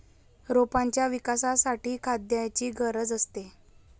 रोपांच्या विकासासाठी खाद्याची गरज असते